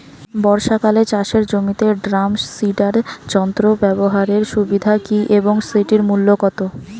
বর্ষাকালে চাষের জমিতে ড্রাম সিডার যন্ত্র ব্যবহারের সুবিধা কী এবং সেটির মূল্য কত?